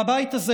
מהבית הזה